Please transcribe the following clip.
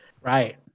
Right